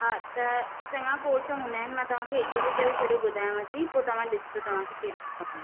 हा त चंङा कोर्स हूंदा आहिनि मां तव्हां खे हिकु हिकु करे सॼो ॿुधायांव थी पोइ तव्हां ॾिसजो तव्हां खे कहिड़ो थो वणे